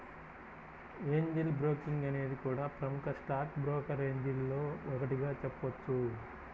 Angel Broking అనేది కూడా ప్రముఖ స్టాక్ బ్రోకరేజీల్లో ఒకటిగా చెప్పొచ్చు